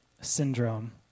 syndrome